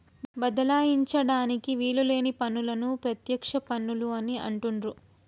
బదలాయించడానికి వీలు లేని పన్నులను ప్రత్యక్ష పన్నులు అని అంటుండ్రు